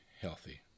healthy